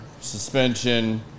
suspension